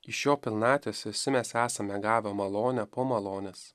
iš jo pilnatvės visi mes esame gavę malonę po malonės